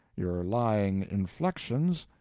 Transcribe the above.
your lying inflections,